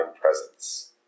presence